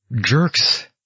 jerks